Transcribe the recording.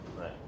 Right